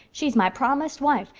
she's my promised wife,